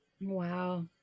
Wow